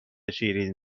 شیرین